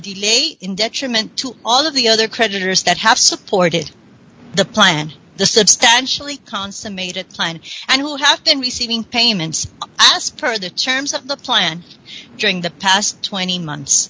delay in detriment to all of the other creditors that have supported the plan the substantially consummated plan and who have been receiving payments as per the terms of the plan during the past twenty months